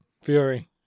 Fury